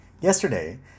Yesterday